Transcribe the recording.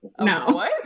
no